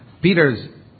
Peter's